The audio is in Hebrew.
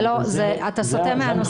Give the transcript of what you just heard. אתה סוטה מהנושא.